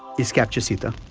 is capture sita.